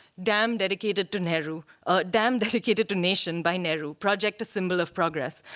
dam dedicated to nehru ah dam dedicated to nation by nehru. project a symbol of progress.